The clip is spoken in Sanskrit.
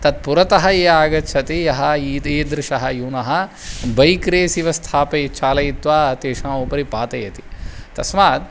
तत् पुरतः ये आगच्छति यः ईद् ईदृशः यूनः बैक् रेस् इव स्थापयेत् चालयित्वा तेषामुपरि पातयति तस्मात्